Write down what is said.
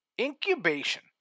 Incubation